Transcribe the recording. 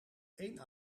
één